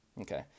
Okay